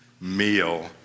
meal